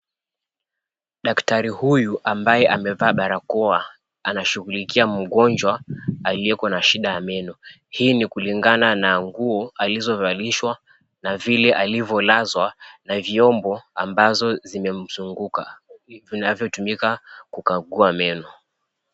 Daktari huyu ambaye amevaa barakoa anashughulikia mgonjwa alioko na shida ya meno. Hii ni kulingana na nguo alizovalishwa na vile alivyolazwa na vyombo ambazo zimemzunguka zinazotumika kukagua meno.